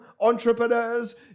entrepreneurs